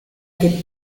que